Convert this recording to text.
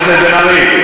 חברת הכנסת בן ארי.